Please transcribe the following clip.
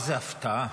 איזו הפתעה.